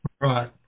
right